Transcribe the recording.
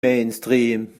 mainstream